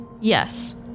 Yes